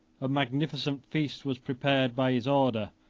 a magnificent feast was prepared by his order,